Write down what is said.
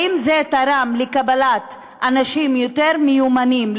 האם זה תרם לקבלת אנשים יותר מיומנים,